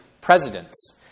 presidents